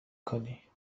کنی